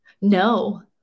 No